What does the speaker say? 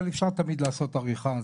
אבל אפשר תמיד לעשות עריכה,